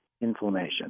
inflammation